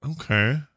Okay